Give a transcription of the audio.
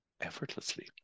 effortlessly